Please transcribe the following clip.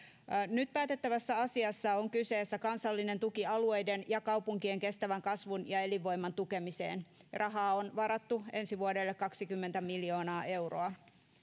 nyt päätettävässä asiassa on kyseessä kansallinen tuki alueiden ja kaupunkien kestävän kasvun ja elinvoiman tukemiseen rahaa on varattu ensi vuodelle kaksikymmentä miljoonaa euroa